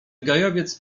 gajowiec